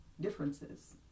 differences